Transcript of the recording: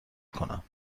کنم